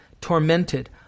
tormented